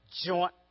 joint